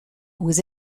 aux